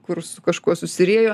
kur su kažkuo susiriejo